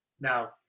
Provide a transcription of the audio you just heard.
Now